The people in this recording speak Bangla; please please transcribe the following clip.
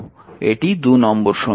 এটি নম্বর সমীকরণ